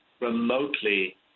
remotely